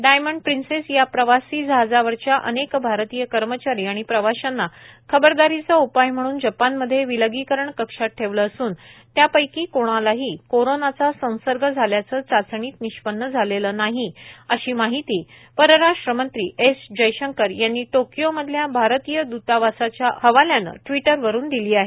diamond Princess या प्रवासी जहाजावरच्या अनेक भारतीय कर्मचारी आणि प्रवाशांना खबरदारीचा उपाय म्हणून जपानमध्ये विलगीकरण कक्षात ठेवलं असून त्यापैकी क्णालाही कोरोनाचा संसर्ग झाल्याचं चाचणीत निष्पन्न झालेलं नाही अशी माहिती परराष्ट्रमंत्री एस जयशंकर यांनी टोकियो मधल्या भारतीय दूतावासाच्या हवाल्यानं ट्विटरवरून दिली आहे